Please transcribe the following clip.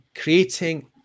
creating